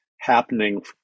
happening